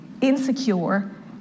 insecure